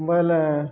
ବଇଲେ